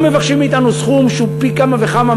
גם מבקשים מאתנו סכום שהוא פי כמה וכמה